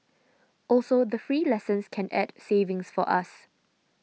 also the free lessons can add savings for us